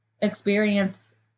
experience